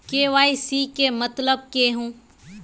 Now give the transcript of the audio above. KYC के मतलब केहू?